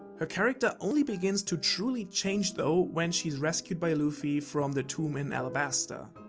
her character only begins to truly change though, when she is rescued by luffy from the tomb in alabasta.